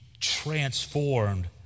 transformed